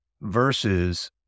versus